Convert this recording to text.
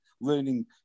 learning